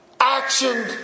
action